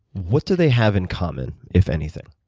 what do they have in common, if anything?